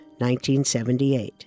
1978